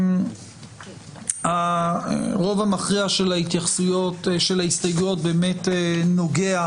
הרוב המכריע של ההסתייגויות באמת נוגע